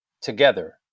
together